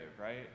right